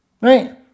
right